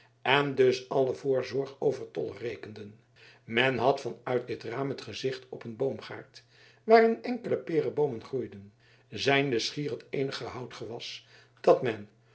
en dus alle voorzorg overtollig rekenden men had van uit dit raam het gezicht op een boomgaard waarin enkele pereboomen groeiden zijnde schier het eenige houtgewas dat men